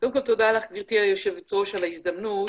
קודם כל תודה לך גבירתי היו"ר על ההזדמנות.